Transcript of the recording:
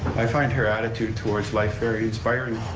i find her attitude towards life very inspiring.